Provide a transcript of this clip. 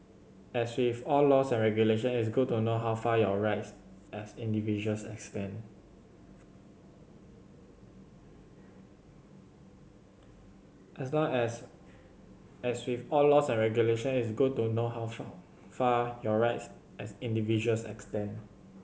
as with all laws and regulation it's good to know how far your rights as individuals extend as long as as with all laws and regulation it's good to know how far your rights as individuals extend